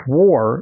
war